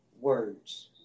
words